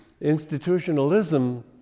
Institutionalism